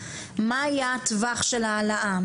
מה היה הטווח של ההעלאה,